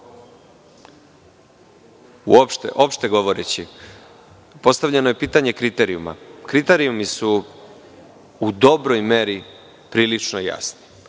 uopšte govoreći, postavljeno je pitanje kriterijuma. Kriterijumi su u dobroj meri prilično jasni.